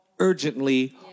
Urgently